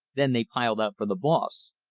then they piled out for the boss.